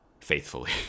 faithfully